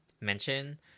mention